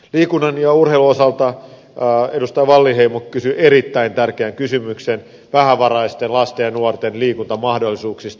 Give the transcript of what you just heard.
liikunnan ja urheilun osalta edustaja wallinheimo kysyi erittäin tärkeän kysymyksen vähävaraisten lasten ja nuorten liikuntamahdollisuuksista